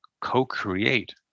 co-create